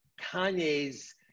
Kanye's